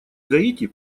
гаити